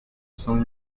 son